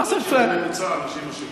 אתה ורוטשילד בממוצע אנשים עשירים.